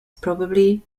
probably